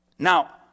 Now